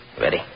Ready